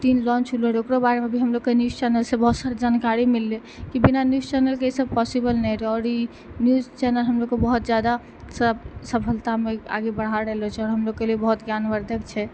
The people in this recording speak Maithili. तीन लॉन्च होलो रहै ओकरो बारे मे हमलोग के न्यूज़ चैनल सँ बहुत सारी जानकरी मिललै की बिना न्यूज़ चैनल के ई सब पॉसिबल नहि रहै और ई न्यूज़ चैनल हमलोग के बहुत जादा सफलता मे आगे बढ़ाए रहलो छै हमलोग के लिए बहुत ज्ञानवर्द्धक छै